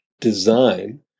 design